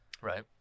right